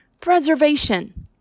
Preservation